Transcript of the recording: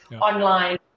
online